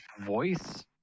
voice